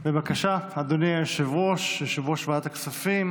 בבקשה, אדוני, יושב-ראש ועדת הכספים.